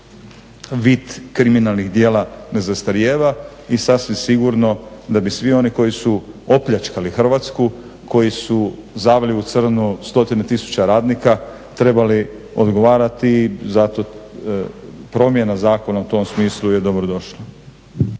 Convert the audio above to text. vid kriminalnih djela ne zastarijeva i sasvim sigurno da bi svi oni koji su opljačkali Hrvatsku koji su zavili u crno stotine tisuća radnika trebali odgovarati i zato promjena zakona u tom smislu je dobro došla.